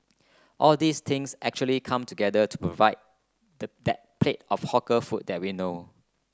all these things actually come together to provide that plate of hawker food that we know